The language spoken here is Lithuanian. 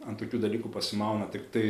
ant tokių dalykų pasimauna tiktai